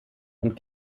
und